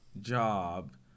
job